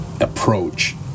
approach